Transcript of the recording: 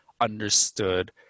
understood